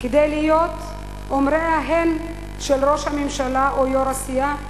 כדי להיות אומרי ההן של ראש הממשלה או יו"ר הסיעה?